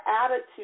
attitude